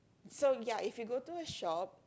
so ya if you go to a shop